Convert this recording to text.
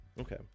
Okay